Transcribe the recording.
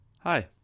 Hi